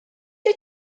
wyt